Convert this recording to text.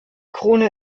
krone